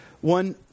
One